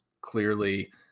clearly